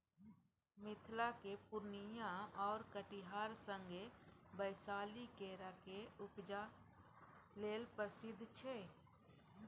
मिथिलाक पुर्णियाँ आ कटिहार संगे बैशाली केराक उपजा लेल प्रसिद्ध छै